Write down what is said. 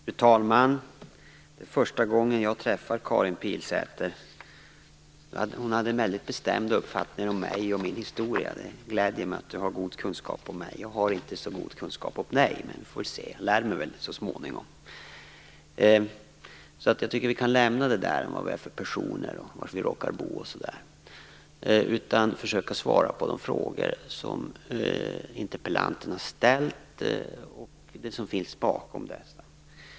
Fru talman! Det är första gången jag träffar Karin Pilsäter. Hon hade en väldigt bestämd uppfattning om mig och min historia. Det gläder mig att hon har god kunskap om mig. Jag har inte så god kunskap om henne, men jag skall väl lära mig så småningom. Jag tycker att vi kan lämna detta med vad vi är för personer och var vi råkar bo. I stället skall jag försöka svara på de frågor som interpellanten har ställt och tala om det som finns bakom dem.